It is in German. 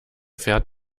fährt